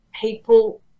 People